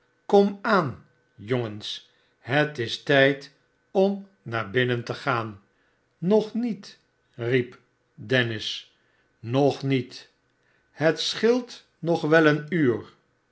kom aan jongens het is tijd om naar binnen te gaan nog niet riep dennis nog niet het scheelt nog wel een uur